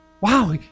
Wow